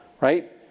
right